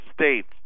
States